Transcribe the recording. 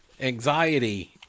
anxiety